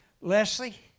Leslie